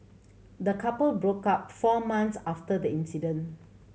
the couple broke up four month after the incident